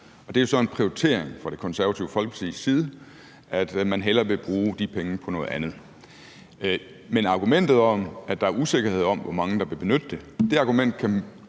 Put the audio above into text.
jo så en prioritering fra Det Konservative Folkepartis side, at man hellere vil bruge de penge på noget andet. Men argumentet om, at der er usikkerhed om, hvor mange der vil benytte det,